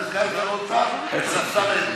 לסגן שר האוצר ולשר אלקין.